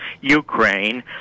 Ukraine